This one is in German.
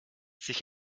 sich